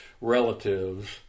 relatives